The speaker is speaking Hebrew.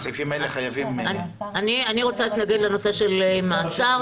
הסעיפים האלה חייבים --- אני רוצה להתנגד לנושא של מאסר.